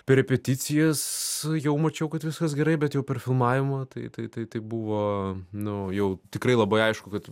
per repeticijas jau mačiau kad viskas gerai bet jau per filmavimą tai tai tai tai buvo nu jau tikrai labai aišku kad